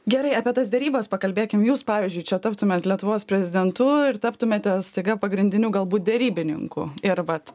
gerai apie tas derybas pakalbėkim jūs pavyzdžiui čia taptumėt lietuvos prezidentu ir taptumėte staiga pagrindiniu galbūt derybininku ir vat